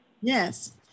Yes